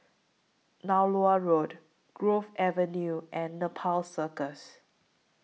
Nallur Road Grove Avenue and Nepal Circus